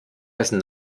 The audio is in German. wessen